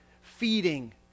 feeding